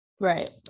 Right